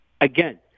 Again